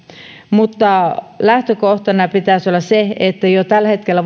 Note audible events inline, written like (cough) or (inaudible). mutta lähtökohtana pitäisi olla se että jo tällä hetkellä (unintelligible)